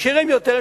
העשירים יותר,